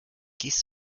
geste